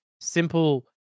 simple